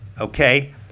okay